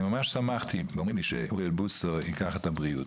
אני ממש שמחתי באומרים לי שאוריאל בוסו ייקח את הבריאות.